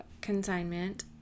consignment